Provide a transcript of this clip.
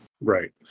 Right